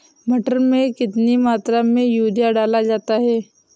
मटर में कितनी मात्रा में यूरिया डाला जाता है?